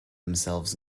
themselves